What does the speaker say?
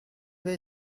way